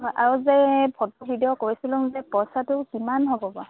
আৰু যে photo video কৈছিলোঁ যে পইচাটো কিমান হ'ব বাৰু